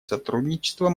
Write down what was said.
сотрудничество